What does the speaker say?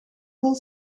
vol